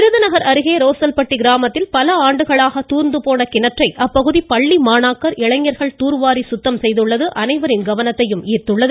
விருதுநகர் அருகே ரோசல்பட்டி கிராமத்தில் பல ஆண்டுகளாக தூர்ந்து போன கிணற்றை அப்பகுதி பள்ளி மாணாக்கர் இளைஞர்கள் தூர்வாரி சுத்தம் செய்துள்ளது அனைவரின் கவனத்தையும் ஈர்த்துள்ளது